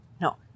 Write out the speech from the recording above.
no